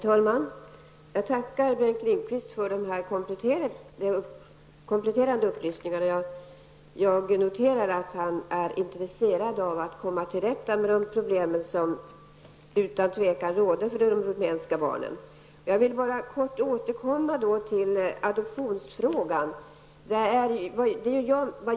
Herr talman! Jag tackar Bengt Lindqvist för de här kompletterande upplysningarna. Jag noterar att han är intresserad av att bidra till att komma till rätta med de problem som utan tvivel råder för de rumänska barnen. Jag vill kort återkomma till adoptionsfrågan.